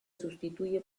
sustituye